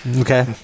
Okay